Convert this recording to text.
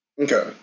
Okay